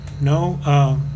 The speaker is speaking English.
no